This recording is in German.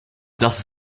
das